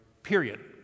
Period